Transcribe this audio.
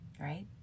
Right